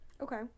Okay